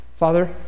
Father